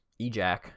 ejac